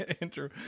Andrew